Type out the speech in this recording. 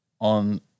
on